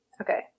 Okay